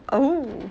oh